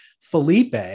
Felipe